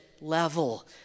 level